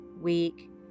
week